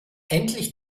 endlich